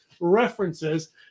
references